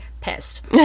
pissed